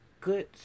good